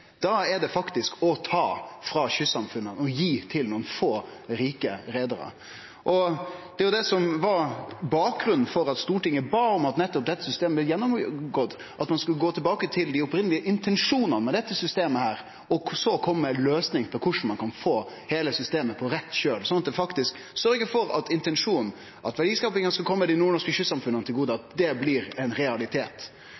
er det faktisk å ta frå kystsamfunna og gi til nokre få rike reiarar. Det var det som var bakgrunnen for at Stortinget bad om at nettopp dette systemet blei gjennomgått, at ein skulle gå tilbake til dei opphavlege intensjonane med dette systemet, og så kome med ei løysing på korleis ein kan få heile systemet på rett kjøl, sånn at ein faktisk sørgjer for at intensjonen, at verdiskapinga skal kome dei nordnorske kystsamfunna til gode, blir ein realitet. Da er det ganske utruleg å framstille det som at